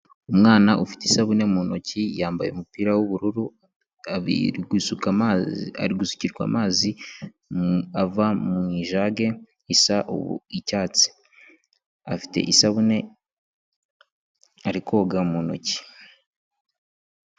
Umwana ufite isabune mu ntoki, yambaye umupira w'ubururu, ari gusukirwa amazi ava mujage isa icyatsi, afite isabune, ari koga mu ntoki.